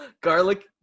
garlic